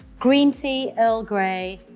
green tea, earl grey,